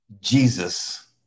Jesus